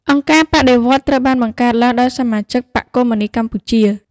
អង្គការបដិវត្តន៍ត្រូវ បានបង្កើតឡើងដោយសមាជិកបក្សកុម្មុយនីស្តកម្ពុជា។